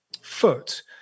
foot